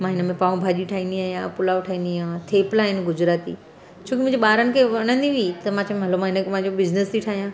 मां हिनमें पाव भाॼी ठाहिंदी आहियां पुलाव ठाहिंदी आहिंयां थेपला आहिनि गुजराती छोकि मुंहिंजे ॿारनि खे वणंदी हुई त मां चयुमि हलो मां हिनखे पंहिंजो बिज़निस थी ठाहियां